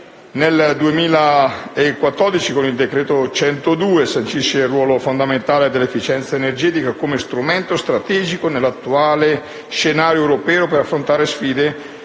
Nel 2014 con il decreto legislativo n. 102 si sancisce il ruolo fondamentale dell'efficienza energetica come strumento strategico nell'attuale scenario europeo per affrontare sfide come